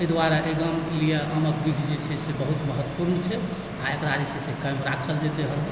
ताहि दुआरे एहि गामके लिय आमक वृक्ष जे छै से बहुत महत्वपूर्ण छै आ एकरा जे छै से राखल जेतय हरदम